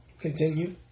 Continue